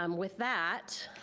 um with that,